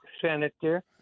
senator